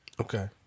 Okay